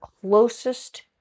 closest